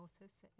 notice